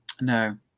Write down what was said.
no